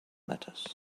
matters